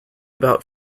about